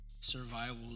survival